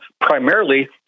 primarily